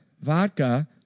vodka